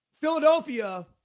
Philadelphia